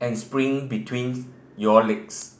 and sprint betweens your legs